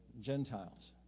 Gentiles